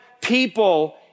people